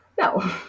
No